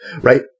Right